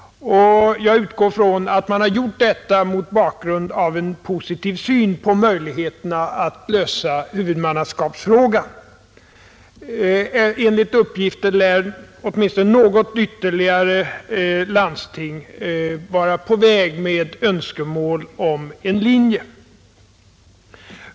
Jag utgår från att man har gjort detta mot bakgrunden av en positiv syn på möjligheterna att lösa huvudmannaskapsfrågan. Åtminstone något ytterligare landsting lär vara på väg med önskemål om en linje.